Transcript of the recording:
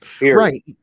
Right